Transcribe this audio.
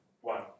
one